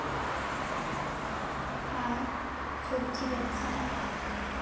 ᱟᱨ ᱥᱚᱵᱡᱤ ᱵᱮᱵᱥᱟ